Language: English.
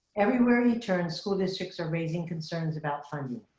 everywhere you turn school districts are raising concerns about funding.